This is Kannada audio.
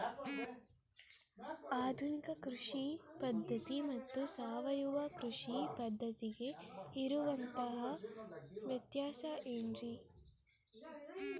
ಆಧುನಿಕ ಕೃಷಿ ಪದ್ಧತಿ ಮತ್ತು ಸಾವಯವ ಕೃಷಿ ಪದ್ಧತಿಗೆ ಇರುವಂತಂಹ ವ್ಯತ್ಯಾಸ ಏನ್ರಿ?